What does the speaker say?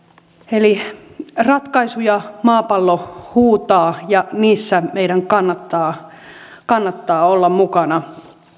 eli ratkaisuja maapallo huutaa ja niissä meidän kannattaa kannattaa olla mukana